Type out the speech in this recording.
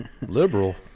liberal